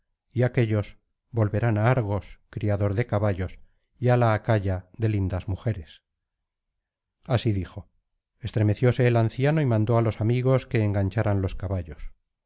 y aquellos volverán á argos criador de caballos y á la acaya de lindas mujeres así dijo estremecióse el anciano y mandó á los amigos que engancharan los caballos